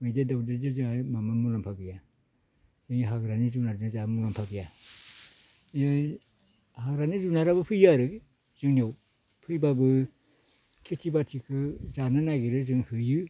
मैदेर दावदेरजों जोंहा मुलाम्फा गैया जों हाग्रानि जुनारजों जोहा माबा मुलाम्फा गैया हाग्रानि जुनाराबो फैयो आरो जोंनियाव फैब्लाबो खेथि बाथिखो जानो नागिरो जों होयो